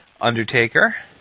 Undertaker